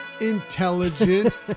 intelligent